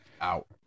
out